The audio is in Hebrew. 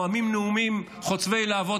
נואמים נאומים חוצבי להבות.